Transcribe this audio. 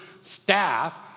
staff